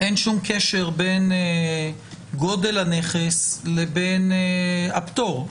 אין שום קשר בין גודל הנכס לבין הפטור.